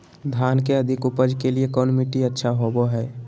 धान के अधिक उपज के लिऐ कौन मट्टी अच्छा होबो है?